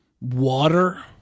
water